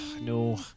no